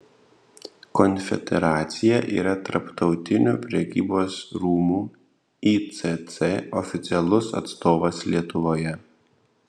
konfederacija yra tarptautinių prekybos rūmų icc oficialus atstovas lietuvoje